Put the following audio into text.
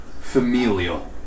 familial